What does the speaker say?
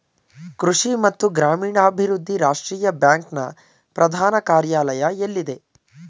ಕೃಷಿ ಮತ್ತು ಗ್ರಾಮೀಣಾಭಿವೃದ್ಧಿ ರಾಷ್ಟ್ರೀಯ ಬ್ಯಾಂಕ್ ನ ಪ್ರಧಾನ ಕಾರ್ಯಾಲಯ ಎಲ್ಲಿದೆ?